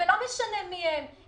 ולא משנה מי הם,